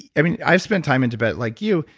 i mean i spent time in tibet like you,